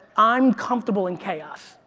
i'm comfortable in chaos.